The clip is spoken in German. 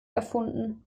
erfunden